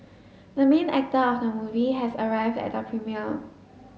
the main actor of the movie has arrived at the premiere